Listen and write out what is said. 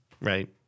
right